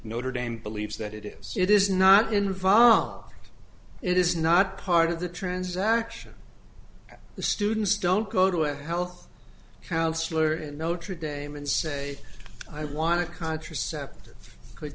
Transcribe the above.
notre dame believes that it is it is not involved it is not part of the transaction the students don't go to a health counselor at notre dame and say i want a contraceptive could